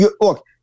Look